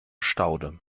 staude